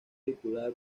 vinculada